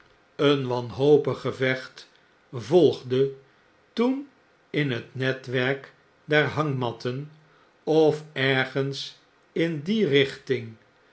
een wanhopig gevecht volgde toen in het netwerk der hangmatten of ergens in die richting